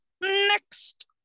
next